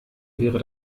wäre